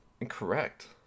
Incorrect